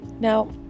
Now